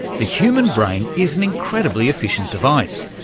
the human brain is an incredibly efficient device.